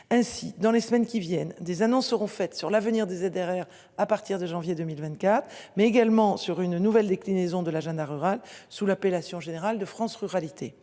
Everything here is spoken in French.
Ainsi, dans les semaines qui viennent. Des annonces seront faites sur l'avenir des ZRR à partir de janvier 2024 mais également sur une nouvelle déclinaison de l'agenda rural sous l'appellation générale de France ruralité